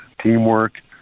teamwork